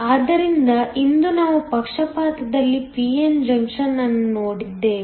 ಆದ್ದರಿಂದ ಇಂದು ನಾವು ಪಕ್ಷಪಾತದಲ್ಲಿ p n ಜಂಕ್ಷನ್ ಅನ್ನು ನೋಡಿದ್ದೇವೆ